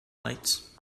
lights